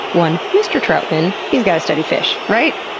one mr. troutman, he's gotta study fish, right?